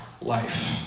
life